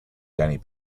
danny